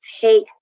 take